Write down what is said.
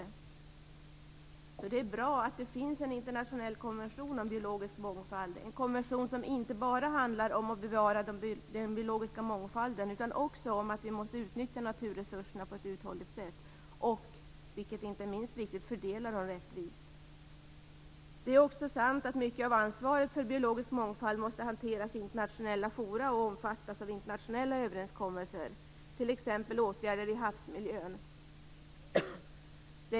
Därför är det bra att det finns en internationell konvention om biologisk mångfald - en konvention som inte bara handlar om att bevara den biologiska mångfalden utan också om att vi måste utnyttja naturresurserna på ett uthålligt sätt och, vilket inte är minst viktigt, fördela dem rättvist. Det är också sant att mycket av ansvaret för biologisk mångfald måste hanteras i internationella fora och omfattas av internationella överenskommelser, t.ex. åtgärder i havsmiljön.